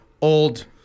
old